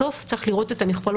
בסוף צריך לראות את המכפלות,